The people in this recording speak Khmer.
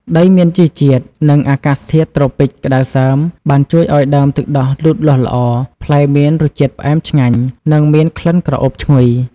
ដីមានជីជាតិ និងអាកាសធាតុត្រូពិចក្តៅសើមបានជួយឲ្យដើមទឹកដោះលូតលាស់ល្អ ផ្លែមានរសជាតិផ្អែមឆ្ងាញ់ និងមានក្លិនក្រអូបឈ្ងុយ។